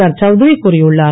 R Chaudhary கூறியுள்ளார்